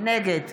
נגד